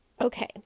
Okay